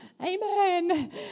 Amen